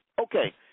Okay